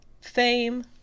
fame